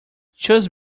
choose